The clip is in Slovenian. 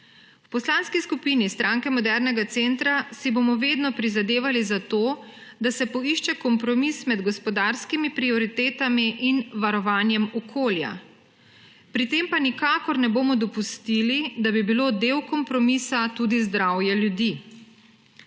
V Poslanski skupini Stranke modernega centra si bomo vedno prizadevali za to, da se poišče kompromis med gospodarskimi prioritetami in varovanjem okolja. Pri tem pa nikakor ne bomo dopustili, da bi bilo del kompromisa tudi zdravje ljudi.